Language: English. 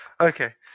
Okay